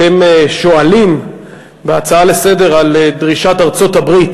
אתם שואלים בהצעה לסדר-היום